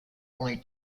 only